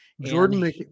Jordan